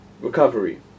recovery